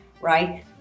right